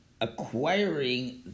acquiring